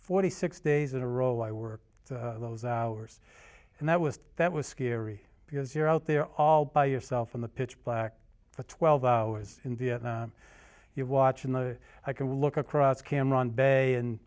forty six days in a row i worked those hours and that was that was scary because you're out there all by yourself in the pitch black for twelve hours in vietnam you're watching the i can look across cameron bay and